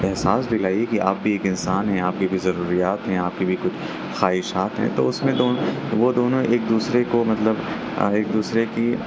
احساس دلائیے کہ آپ بھی ایک انسان ہیں آپ کی بھی ضروریات ہیں آپ کے بھی کچھ خواہشات ہیں تو اس میں تو وہ دونوں ایک دوسرے کو مطلب ایک دوسرے کی